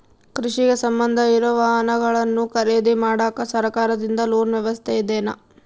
ಕೃಷಿಗೆ ಸಂಬಂಧ ಇರೊ ವಾಹನಗಳನ್ನು ಖರೇದಿ ಮಾಡಾಕ ಸರಕಾರದಿಂದ ಲೋನ್ ವ್ಯವಸ್ಥೆ ಇದೆನಾ?